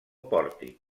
pòrtic